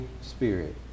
Spirit